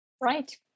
Right